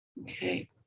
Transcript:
Okay